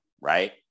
right